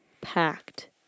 packed